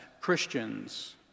Christians